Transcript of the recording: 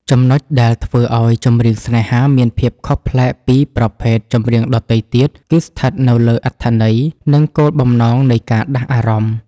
ចំណុចដែលធ្វើឱ្យ ចម្រៀងស្នេហា មានភាពខុសប្លែកពីប្រភេទចម្រៀងដទៃទៀត គឺស្ថិតនៅលើអត្ថន័យ និងគោលបំណងនៃការដាស់អារម្មណ៍។